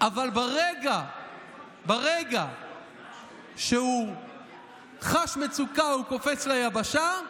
אבל ברגע שהוא חש מצוקה, הוא קופץ ליבשה,